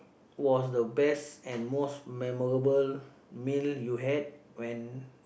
was the best and most memorable meal you had when